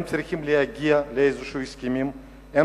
הם צריכים להגיע להסכמים כלשהם,